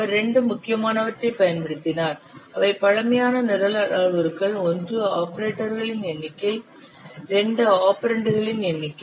அவர் இரண்டு முக்கியமானவற்றைப் பயன்படுத்தினார் அவை பழமையான நிரல் அளவுருக்கள் ஒன்று ஆபரேட்டர்களின் எண்ணிக்கை இரண்டு ஆபரெண்டுகளின் எண்ணிக்கை